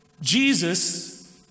Jesus